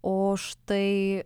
o štai